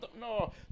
no